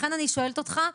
לכן אני שואלת אותך,